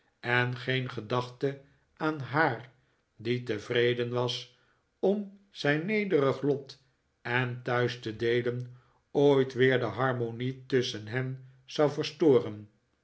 en geen gedachte aan haar die tevreden was om zijn nederig lot en thuis te deelen ooit weer de harmonie tusschen hen zou verstoren